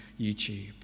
youtube